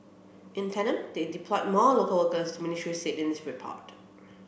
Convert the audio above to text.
in tandem they deployed more local workers the ministry said in its report